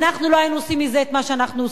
אנחנו לא היינו עושים מזה את מה שאנחנו עושים.